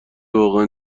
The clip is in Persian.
واقعا